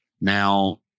Now